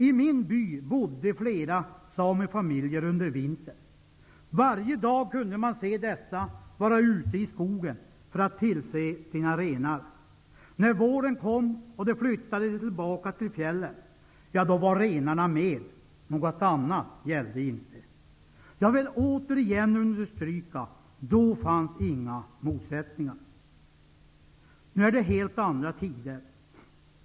I min by bodde flera samefamiljer under vintern. Varje dag kunde man se dessa vara ute i skogen för att tillse sina renar. När våren kom och de flyttade tillbaka till fjällen, då var renarna med. Något annat gällde inte. Jag vill återigen understryka: då fanns inga motsättningar. Nu är det andra tider.